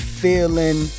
feeling